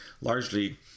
largely